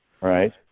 right